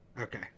Okay